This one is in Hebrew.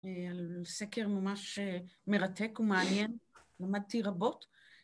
על סקר ממש מרתק ומעניין, למדתי רבות.